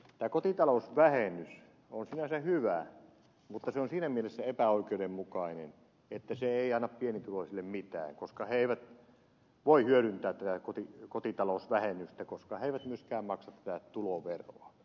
tämä kotitalousvähennys on sinänsä hyvä mutta se on siinä mielessä epäoikeudenmukainen että se ei anna pienituloisille mitään koska he eivät voi hyödyntää tätä kotitalousvähennystä koska he eivät myöskään maksa tuloveroa